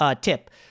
tip